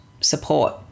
support